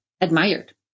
admired